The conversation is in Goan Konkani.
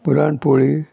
पुरण पोळी